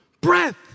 breath